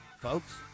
folks